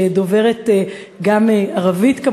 שדוברת גם ערבית,